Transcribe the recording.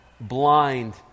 blind